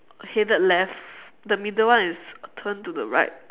headed left the middle one is turned to the right